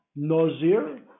Nozir